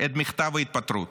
את מכתב ההתפטרות,